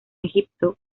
egipto